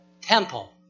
temple